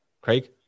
Craig